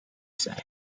say